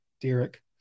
Derek